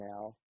now